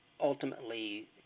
ultimately